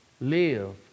Live